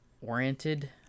oriented